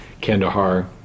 Kandahar